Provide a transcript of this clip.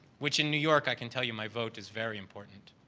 which in new york i can tell you my vote is very important.